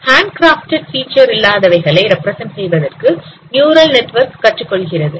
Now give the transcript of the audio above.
handcrafted feature இல்லாதவைகளை represent செய்வதற்கு neural network கற்றுக்கொள்கிறது